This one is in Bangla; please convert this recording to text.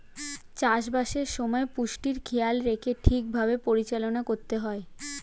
চাষ বাসের সময় পুষ্টির খেয়াল রেখে ঠিক ভাবে পরিচালনা করতে হয়